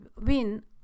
win